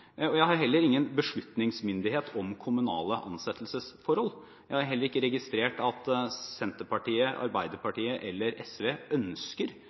og jeg har heller ingen beslutningsmyndighet i kommunale ansettelsesforhold. Jeg har heller ikke registrert at Senterpartiet, Arbeiderpartiet eller SV ønsker